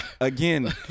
Again